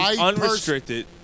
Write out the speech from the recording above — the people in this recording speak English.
Unrestricted